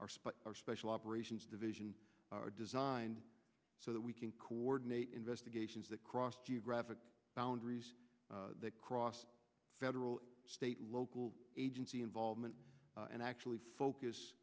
er our special operations division are designed so that we can coordinate investigations that cross geographic boundaries that cross federal state local agency involvement and actually